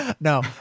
no